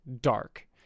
dark